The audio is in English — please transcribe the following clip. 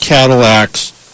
Cadillacs